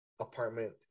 Apartment